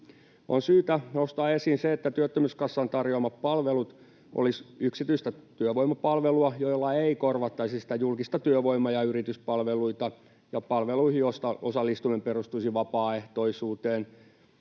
On syytä nostaa esiin se, että työttömyyskassan tarjoamat palvelut olisivat yksityistä työvoimapalvelua, jolla ei korvattaisi julkisia työvoima- ja yrityspalveluita, ja palveluihin osallistuminen perustuisi vapaaehtoisuuteen.